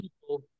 people